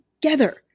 together